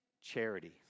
charity